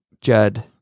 Judd